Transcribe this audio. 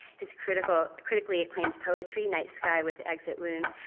his critically critically acclaimed poetry night sky with exit wounds,